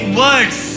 words